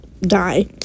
die